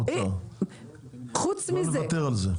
לא נוותר על זה.